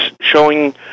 showing